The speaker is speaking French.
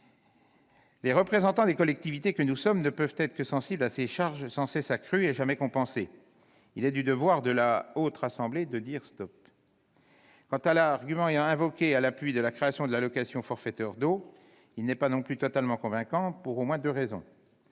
Les représentants des collectivités que nous sommes ne peuvent qu'être sensibles à ces charges sans cesse accrues et jamais compensées. Il est du devoir de la Haute Assemblée de dire :« Stop !». Quant à l'argument invoqué à l'appui de la création de l'allocation forfaitaire d'eau, il n'est pas non plus totalement convaincant, pour au moins deux raisons.